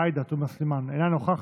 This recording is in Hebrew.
אינה נוכחת.